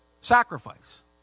Sacrifice